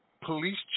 Police